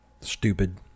stupid